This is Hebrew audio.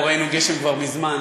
לא ראינו גשם כבר מזמן,